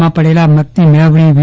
માં પડેલા મતની મેળવણી વી